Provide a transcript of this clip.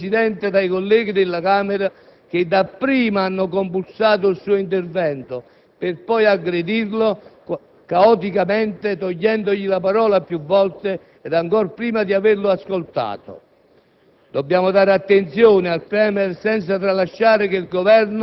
Evidente esempio è stata l'accoglienza riservata al Presidente dai colleghi della Camera, che dapprima hanno compulsato il suo intervento, per poi aggredirlo caoticamente, togliendogli la parola più volte, ed ancor prima di averlo ascoltato.